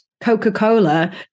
Coca-Cola